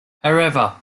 however